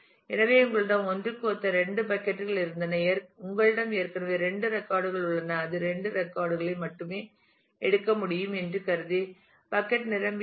எனவே உங்களிடம் 1 க்கு ஒத்த இரண்டு பக்கட் கள் இருந்தன உங்களிடம் ஏற்கனவே 2 ரெக்கார்ட் கள் உள்ளன அது 2 ரெக்கார்ட் களை மட்டுமே எடுக்க முடியும் என்று கருதி பக்கட் நிரம்பியுள்ளது